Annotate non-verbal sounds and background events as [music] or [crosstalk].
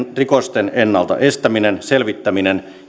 rikosten ennalta estäminen selvittäminen [unintelligible]